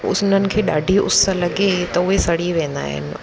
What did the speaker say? उन्हनि खे ॾाढी उस लॻे त उहे सड़ी वेंदा आहिनि